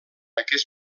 aquest